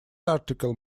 article